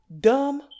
dumb